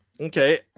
okay